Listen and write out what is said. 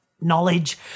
knowledge